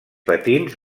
patins